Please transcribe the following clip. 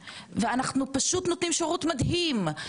אני לא מבינה.